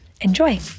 enjoy